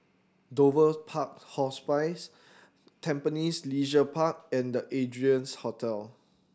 Dover's Park Hospice Tampines Leisure Park and The Ardennes Hotel